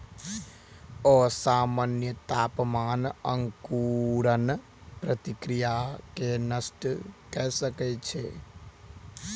असामन्य तापमान अंकुरण प्रक्रिया के नष्ट कय सकै छै